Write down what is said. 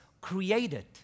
created